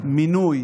מינוי